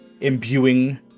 imbuing